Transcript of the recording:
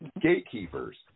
gatekeepers